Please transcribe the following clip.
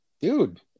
dude